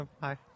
Hi